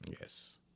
Yes